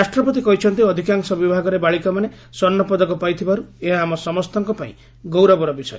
ରାଷ୍ଟ୍ରପତି କହିଛନ୍ତି ଅଧିକାଂଶ ବିଭାଗରେ ବାଳିକାମାନେ ସ୍ୱର୍ଷପଦକ ପାଇଥିବାରୁ ଏହା ଆମ ସମସ୍ତଙ୍କପାଇଁ ଗୌରବର ବିଷୟ